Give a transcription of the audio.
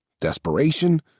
desperation